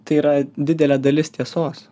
tai yra didelė dalis tiesos